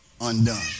undone